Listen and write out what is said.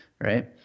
right